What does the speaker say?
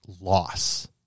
loss